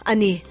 Ani